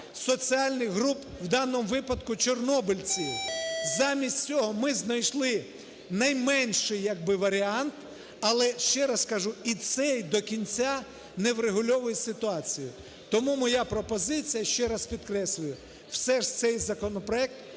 соціальних груп, в даному випадку чорнобильців. Замість цього ми знайшли найменший як би варіант, але ще раз кажу, і цей до кінці не врегульовує ситуацію. Тому моя пропозиція, ще раз підкреслюю, все ж цей законопроект